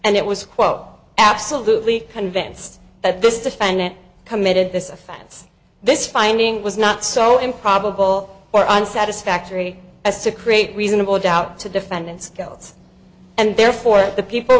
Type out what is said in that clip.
and it was quote absolutely convinced that this defendant committed this offense this finding was not so improbable or on satisfactory as to create reasonable doubt to defendant's guilt and therefore at the people